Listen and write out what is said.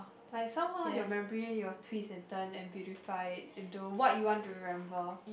like somehow your memory you will twist and turn and beautify it into what you want to remember